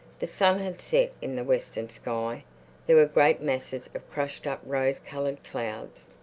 the sun had set. in the western sky there were great masses of crushed-up rose-coloured clouds.